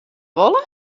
wolle